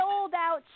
sold-out